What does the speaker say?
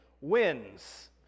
wins